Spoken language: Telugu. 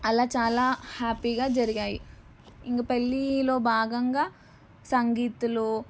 అలా చాలా హ్యాపీగా జరిగాయి ఇంకా పెళ్ళిలో భాగంగా సంగీత్లు